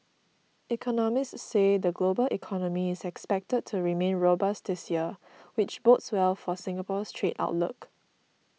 economists say the global economy is expected to remain robust this year which bodes well for Singapore's trade outlook